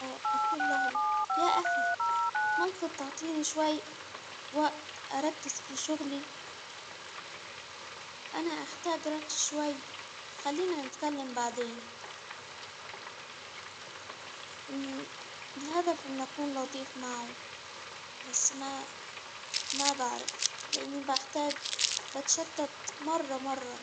اه أقول له يا أخي ممكن تعطيني شوية وقت أركز في شغلي؟ أنا أحتاج شوي. خلينا نتكلم بعدين الهدف إني أكون لطيف معه بس ما-ما بعرف لإني بحتاج بتشتت مرة مرة.